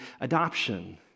adoption